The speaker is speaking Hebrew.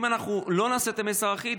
אם אנחנו לא נעשה את המסר אחיד,